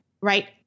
right